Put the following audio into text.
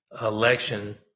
election